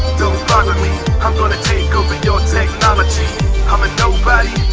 don't bother me i'm gonna takeover your technology i'm a nobody,